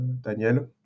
Daniel